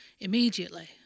Immediately